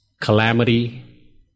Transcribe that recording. calamity